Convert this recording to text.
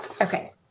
okay